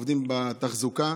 העובדים בתחזוקה.